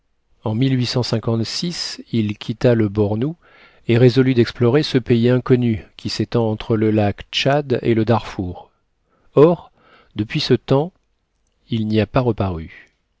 en il quitta le bornou et résolut d'explorer ce pays inconnu qui s'étend entre le lac tchad et le darfour or depuis ce temps il nia pas reparu